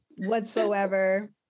whatsoever